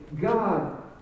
God